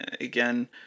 again